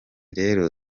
rero